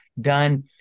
done